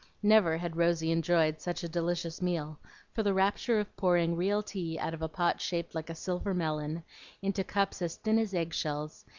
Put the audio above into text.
never had rosy enjoyed such a delicious meal for the rapture of pouring real tea out of a pot shaped like a silver melon into cups as thin as egg-shells,